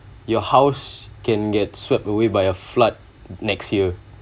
your house can get swept away by a flood next year